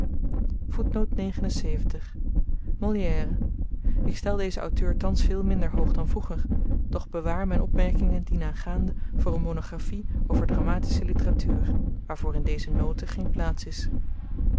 molière ik stel dezen auteur thans veel minder hoog dan vroeger doch bewaar m'n opmerkingen dienaangaande voor n monografie over dramatische litteratuur waarvoor in deze noten geen plaats is